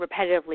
repetitively